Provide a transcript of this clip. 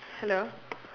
hello